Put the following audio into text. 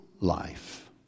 life